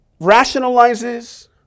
rationalizes